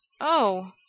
Oh